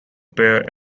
pair